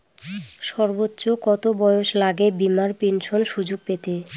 সর্বোচ্চ কত বয়স লাগে বীমার পেনশন সুযোগ পেতে?